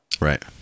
Right